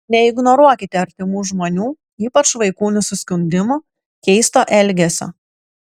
neignoruokite artimų žmonių ypač vaikų nusiskundimų keisto elgesio